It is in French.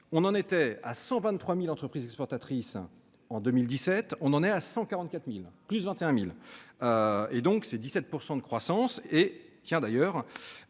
On en était à 123.000 entreprises exportatrices. En 2017, on en est à 144.000, plus de 21.000. Et donc c'est 17% de croissance et tiens d'ailleurs.